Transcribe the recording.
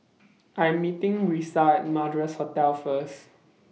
I'm meeting Brisa Madras Hotel First